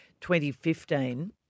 2015